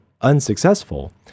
unsuccessful